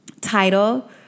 title